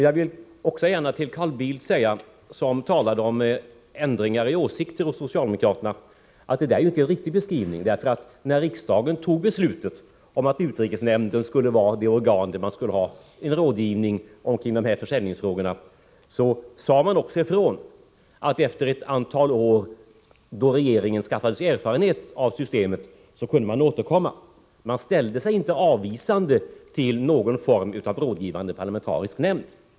Jag vill gärna till Carl Bildt, som talar om ändring i åsikten hos socialdemokraterna, säga att det inte är en riktig beskrivning. När riksdagen fattade beslutet om att utrikesnämnden skulle vara det rådgivande organet i fråga om försäljning sade man också ifrån att man efter ett antal år då regeringen skaffat sig erfarenhet av systemet kunde återkomma. Man ställde sig inte avvisande till någon form av rådgivande parlamentarisk nämnd.